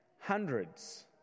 Hundreds